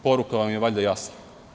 Poruka vam je valjda jasna.